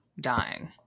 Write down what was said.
dying